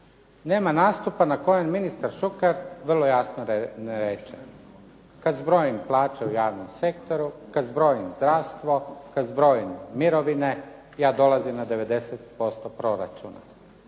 Nema nastupa na kojem ministar Šuker vrlo jasno ne reče kad zbrojim plaće u javnim sektoru, kad zbrojim zdravstvo, kad zbrojim mirovine, ja dolazim na 90% proračuna.